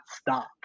stop